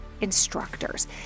instructors